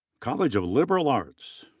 college of liberal arts.